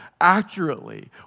accurately